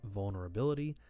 vulnerability